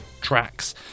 tracks